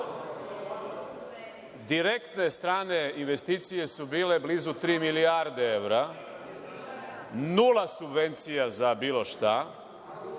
direktne strane investicije su bile blizu tri milijarde evra, nula subvencija za bilo šta.